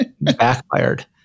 backfired